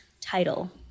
title